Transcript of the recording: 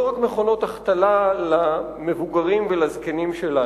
רק מכונות קטיף והם לא רק מכונות החתלה למבוגרים ולזקנים שלנו,